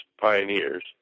pioneers